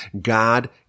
God